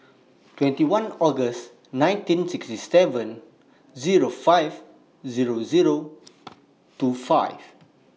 twenty one August nineteen sixty seven Zero five Zero Zero two five